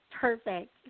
Perfect